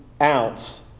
ounce